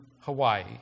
Hawaii